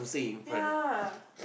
ya